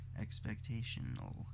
expectational